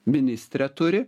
ministrė turi